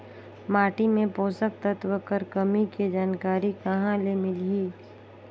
माटी मे पोषक तत्व कर कमी के जानकारी कहां ले मिलही?